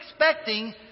expecting